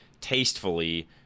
tastefully